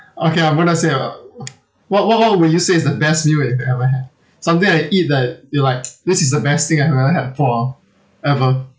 okay I'm going to say uh what what what will you say is the best meal that you've ever had something that you eat that you're like this is the best thing I've ever had for uh ever